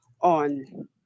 on